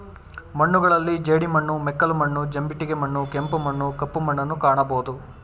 ಮಣ್ಣುಗಳಲ್ಲಿ ಜೇಡಿಮಣ್ಣು, ಮೆಕ್ಕಲು ಮಣ್ಣು, ಜಂಬಿಟ್ಟಿಗೆ ಮಣ್ಣು, ಕೆಂಪು ಮಣ್ಣು, ಕಪ್ಪು ಮಣ್ಣುನ್ನು ಕಾಣಬೋದು